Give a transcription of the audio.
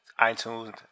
iTunes